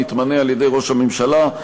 מתמנה על-ידי ראש הממשלה,